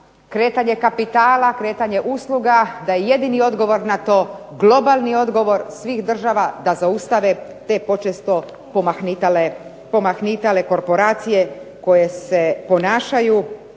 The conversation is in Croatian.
kretanje kapitala, kretanje usluga, da je jedini odgovor na to globalni odgovor svih država da zaustave te počesto pomahnitale korporacije koje se ponašaju